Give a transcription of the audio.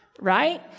right